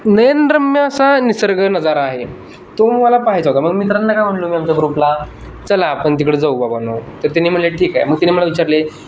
नयनरम्य असा निसर्ग नजारा आहे तो मला पाहायचा होता म्हणून मित्रांना काय म्हणलो मी आमच्या ग्रुपला चला आपण तिकडे जाऊ बाबांनो तर त्यांनी म्हणले ठीक आहे मग त्यांनी मला विचारले